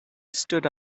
stood